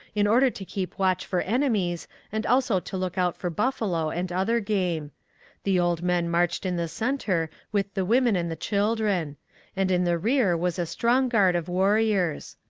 in order to keep watch for enemies and also to look out for buffalo and other game the old men marched in the centre with the women and the children and in the rear was a strong guard of warriors.